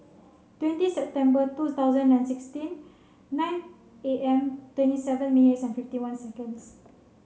twenty September two thousand and sixteen nine A M twenty seven minutes and fifty one seconds